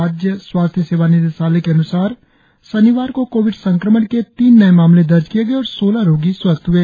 राज्य स्वास्थ्य सेवा निदेशायल के अनुसार शनिवार को कोविड संक्रमण के तीन नए मामले दर्ज किए गए और सोलह रोगी स्वस्थ हुए